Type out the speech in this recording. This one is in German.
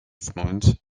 freund